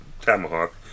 Tomahawk